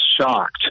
shocked